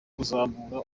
kuzamura